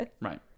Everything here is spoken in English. Right